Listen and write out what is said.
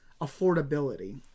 affordability